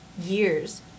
years